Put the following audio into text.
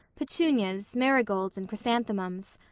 petunias, marigolds and chrysanthemums.